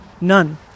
none